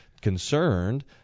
concerned